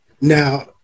Now